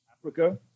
Africa